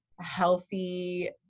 healthy